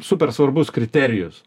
super svarbus kriterijus